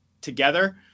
together